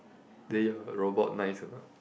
then your robot nice or not